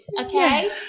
okay